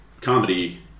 comedy